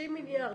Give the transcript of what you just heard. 60 מיליארד,